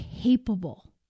capable